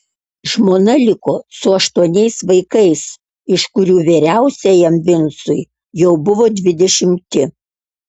žmona liko su aštuoniais vaikais iš kurių vyriausiajam vincui jau buvo dvidešimti